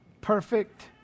perfect